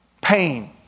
Pain